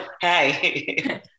hey